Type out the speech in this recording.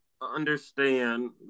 understand